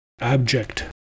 Abject